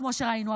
כמו שראינו,